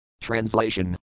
translation